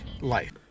life